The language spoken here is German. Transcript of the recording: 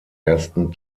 ersten